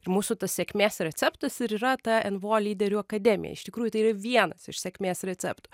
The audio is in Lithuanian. ir mūsų tas sėkmės receptas ir yra ta nvo lyderių akademija iš tikrųjų tai yra vienas iš sėkmės receptų